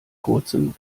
kurzem